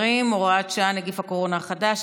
(הוראת שעה, נגיף הקורונה החדש).